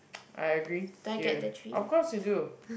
I agree yeah of course you do